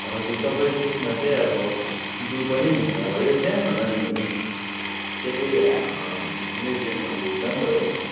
हजुर तपाईँ त्यसमा चाहिँ अब जू पनि घुम्दा भयो त्यहाँ अनि उयेस त्यही म्युजियमहरू घुम्दा पनि भयो